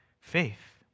faith